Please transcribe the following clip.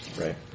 right